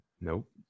Nope